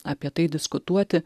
apie tai diskutuoti